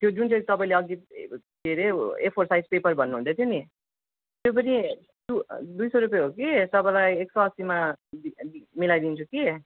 त्यो जुन चाहिँ तपाईँले अघि के रे ए फोर साइज पेपर भन्नुहुँदैथ्यो नि त्यो पनि टू दुई सय रुपियाँ हो कि तपाईँलाई एक सय अस्सीमा मिलाइदिन्छु कि